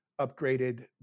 upgraded